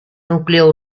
núcleo